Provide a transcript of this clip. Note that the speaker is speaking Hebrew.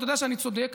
אתה יודע שאני צודק,